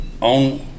on